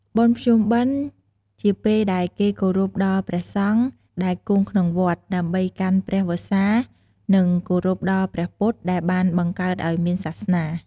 បុណ្យភ្ជុំបិណ្ឌជាពេលដែលគេគោរពដល់ព្រះសង្ឃដែលគង់ក្នុងវត្តដើម្បីកាន់ព្រះវស្សា និងគោរពដល់ព្រះពុទ្ធដែលបានបង្កើតឲ្យមានសាសនា។